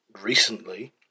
recently